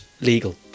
legal